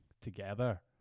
together